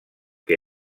que